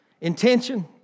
Intention